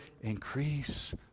increase